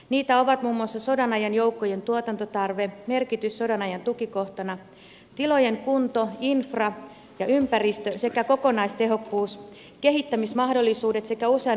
niitä ovat muun muassa sodan ajan joukkojen tuotantotarve merkitys sodan ajan tukikohtana tilojen kunto infra ja ympäristö sekä kokonaistehokkuus kehittämismahdollisuudet sekä usean aselajin koulutus